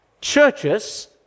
churches